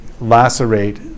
lacerate